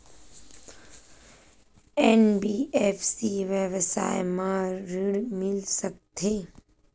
NBFC व्यवसाय मा ऋण मिल सकत हे